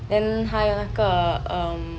then 还有那个 um